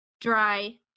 dry